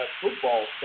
football